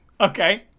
Okay